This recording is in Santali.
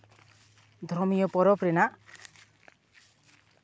ᱫᱷᱚᱨᱚᱢᱤᱭᱟᱹ ᱯᱚᱨᱚᱵᱽ ᱨᱮᱱᱟᱜ